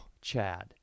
Chad